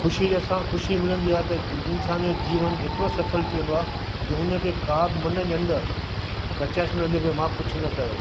ख़ुशी जे असां ख़ुशी मिलंदी आहे त इंसान जे जीवन एतिरो सफल थी वेंदो आहे जो हुन खे का बि मन जे अंदर कचैस न रहंदी भई मां कुझ न कयो